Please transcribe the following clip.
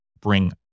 bring